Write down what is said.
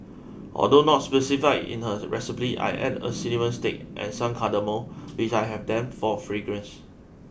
although not specified in her recipe I add a cinnamon stick and some cardamom if I have them for fragrance